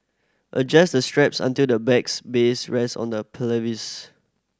adjust the straps until the bag's base rest on the pelvis